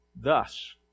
thus